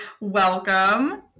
Welcome